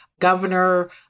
governor